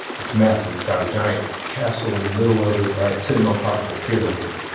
it's massive. it's got a giant castle in the middle of it, right, sittin' on top of a pyramid.